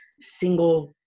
single